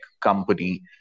company